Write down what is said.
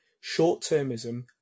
short-termism